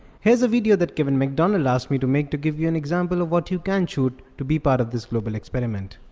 here's a video that kevin macdonald asked me to make to give you an example of what you can shoot to be part of this global experiment.